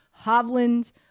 Hovland